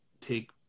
take